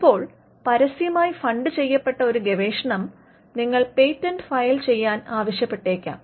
ചിലപ്പോൾ പരസ്യമായി ഫണ്ട് ചെയ്യപ്പെട്ട ഒരു ഗവേഷണം നിങ്ങൾ പേറ്റന്റ് ഫയൽ ചെയ്യാൻ ആവശ്യപ്പെട്ടേക്കാം